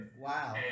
wow